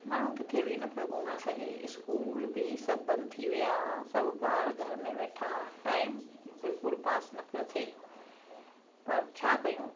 माण्हू किथे बि न पियो घुमी सघे इस्कूल बि सभु बंदि थी विया सभु ॿार घर में वेठा हुआ टाइम बिल्कुलु पास न पियो थिए पर छा कयूं